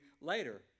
later